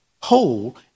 whole